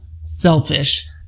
selfish